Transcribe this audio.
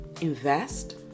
invest